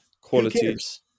qualities